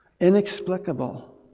Inexplicable